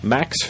Max